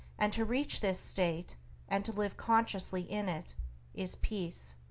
and to reach this state and to live consciously in it is peace.